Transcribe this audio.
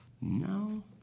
No